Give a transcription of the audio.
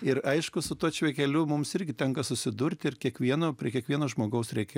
ir aišku su tuo pačiu keliu mums irgi tenka susidurti ir kiekvieno prie kiekvieno žmogaus reikia